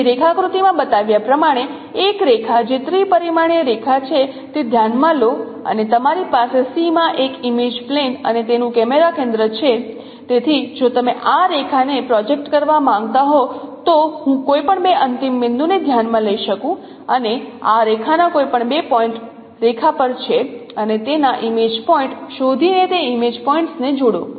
તેથી રેખાકૃતિમાં બતાવ્યા પ્રમાણે એક રેખા જે ત્રિ પરિમાણીય રેખા છે તે ધ્યાન માં લો અને તમારી પાસે C માં એક ઇમેજ પ્લેન અને તેનું કેમેરો કેન્દ્ર છે તેથી જો તમે આ રેખા ને પ્રોજેક્ટ કરવા માંગતા હો તો હું કોઈપણ બે અંતિમ બિંદુને ધ્યાનમાં લઈ શકું અને આ રેખાના કોઈપણ બે પોઇન્ટ રેખા પર છે અને તેના ઇમેજ પોઇન્ટ શોધીને તે ઇમેજ પોઇન્ટને જોડો